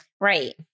Right